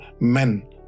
men